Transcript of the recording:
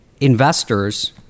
investors